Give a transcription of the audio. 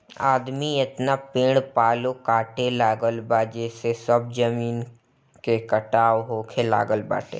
आदमी एतना पेड़ पालो काटे लागल बा जेसे सब जमीन के कटाव होखे लागल बाटे